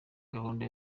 gahunda